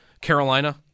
Carolina